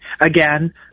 again